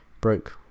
broke